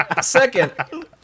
second